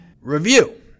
review